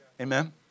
Amen